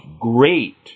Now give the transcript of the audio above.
great